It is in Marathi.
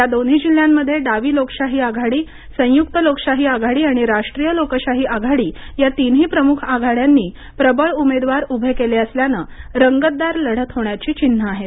या दोन्ही जिल्ह्यांमध्ये डावी लोकशाही आघाडी संयुक्त लोकशाही आघाडी आणि राष्ट्रीय लोकशाही आघाडी या तिन्ही प्रमुख आघाड्यांनी प्रबळ उमेदवार उभे केले असल्यानं रंगतदार लढत होण्याची चिन्हे आहेत